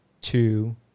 two